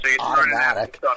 automatic